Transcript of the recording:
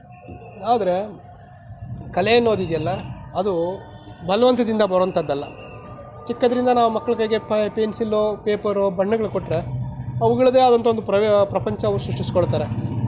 ಆದರೆ ಕಲೆ ಅನ್ನೋದು ಇದೆಯಲ್ಲ ಅದು ಬಲವಂತದಿಂದ ಬರೋವಂಥದ್ದು ಅಲ್ಲ ಚಿಕ್ಕಂದರಿಂದ ನಾವು ಮಕ್ಕಳು ಕೈಗೆ ಪೆನ್ಸಿಲ್ಲು ಪೇಪರು ಬಣ್ಣಗಳು ಕೊಟ್ಟರೆ ಅವುಗಳದ್ದೇದ ಆದಂತಹ ಒಂದು ಪ್ರಪಂಚವು ಸೃಷ್ಟಿಸ್ಕೊಳ್ತಾರೆ